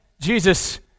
Jesus